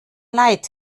leid